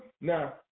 now